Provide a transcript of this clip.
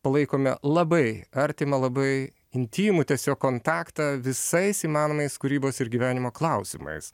palaikome labai artimą labai intymų tiesiog kontaktą visais įmanomais kūrybos ir gyvenimo klausimais